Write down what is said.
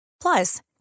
Plus